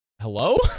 Hello